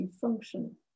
function